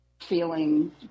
feeling